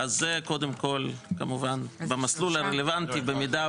אז זה קודם כל, כמובן, במסלול הרלוונטי, במידה